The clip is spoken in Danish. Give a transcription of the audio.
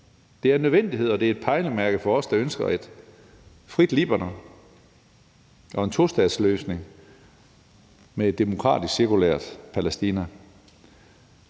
Det er en nødvendighed, og det er et pejlemærke for os, der ønsker et frit Libanon og en tostatsløsning med et demokratisk, sekulært Palæstina.